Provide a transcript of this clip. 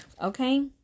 okay